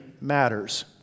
matters